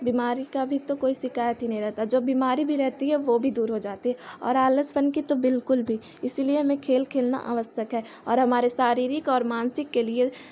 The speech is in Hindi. बीमारी का भी तो कोई शिकायत ही नहीं रहता जो बीमारी भी रहती है वह भी दूर हो जाती है और आलसपन की तो बिलकुल भी इसीलिए मैं खेल खेलना आवश्यक है और हमारे शारीरिक और मानसिक के लिए